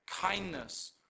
Kindness